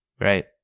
right